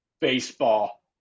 baseball